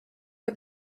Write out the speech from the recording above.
for